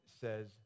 says